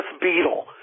Beetle